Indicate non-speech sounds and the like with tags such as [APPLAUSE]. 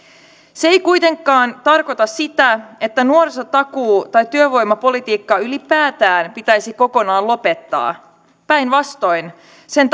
se ei kuitenkaan tarkoita sitä että nuorisotakuu tai työvoimapolitiikka ylipäätään pitäisi kokonaan lopettaa päinvastoin sen [UNINTELLIGIBLE]